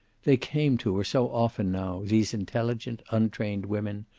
they came to her so often now, these intelligent, untrained women,